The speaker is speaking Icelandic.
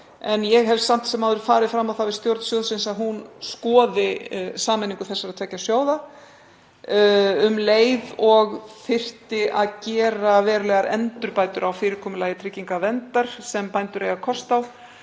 en ég hef samt sem áður farið fram á það við stjórn sjóðsins að hún skoði sameiningu þessara tveggja sjóða um leið og það þyrfti að gera verulegar endurbætur á fyrirkomulagi tryggingaverndar sem bændur eiga kost á.